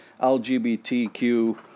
LGBTQ